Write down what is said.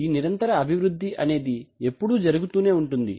ఈ నిరంతర అభివృద్ది అనేది ఎప్పుడూ జరుగుతూనే ఉంటుంది